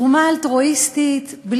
תרומה אלטרואיסטית,